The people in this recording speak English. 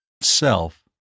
Self